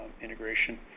integration